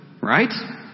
Right